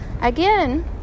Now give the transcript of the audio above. again